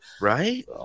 right